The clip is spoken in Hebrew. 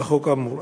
בחוק כאמור.